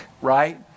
right